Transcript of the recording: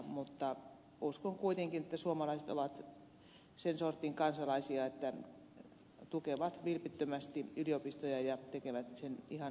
mutta uskon kuitenkin että suomalaiset ovat sen sortin kansalaisia että tukevat vilpittömästi yliopistoja ja tekevät sen ihan asianmukaisesti